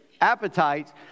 appetites